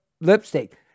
lipstick